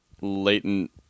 latent